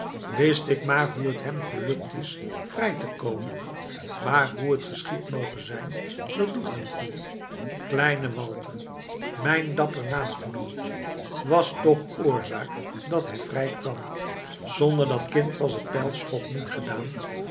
wist ik maar hoe het hem gelukt is vrij te komen maar hoe het geschied moge zijn dat doet er niet toe kleine walter mijn dapper naamgenootje was toch oorzaak dat hij vrij kwam zonder dat kind was het pijlschot niet gedaan